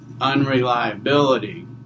unreliability